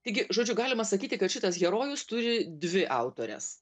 taigi žodžiu galima sakyti kad šitas herojus turi dvi autores